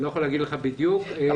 אני לא יכול לומר לך בדיוק כמה.